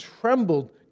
trembled